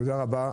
תודה רבה.